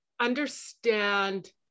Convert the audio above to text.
understand